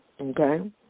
Okay